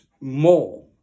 more